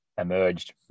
emerged